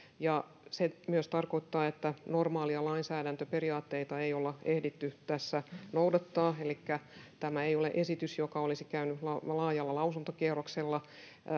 se myös tarkoittaa että normaaleja lainsäädäntöperiaatteita ei ole ehditty tässä noudattaa elikkä tämä ei ole esitys joka olisi käynyt laajalla lausuntokierroksella